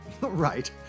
Right